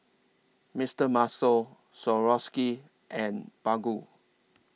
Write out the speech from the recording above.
Mister Muscle Swarovski and Baggu